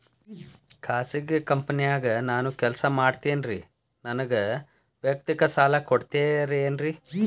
ಖಾಸಗಿ ಕಂಪನ್ಯಾಗ ನಾನು ಕೆಲಸ ಮಾಡ್ತೇನ್ರಿ, ನನಗ ವೈಯಕ್ತಿಕ ಸಾಲ ಕೊಡ್ತೇರೇನ್ರಿ?